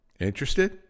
Interested